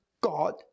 God